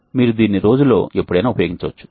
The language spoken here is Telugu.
మీరు దీన్ని రోజులో ఎప్పుడైనా ఉపయోగించవచ్చు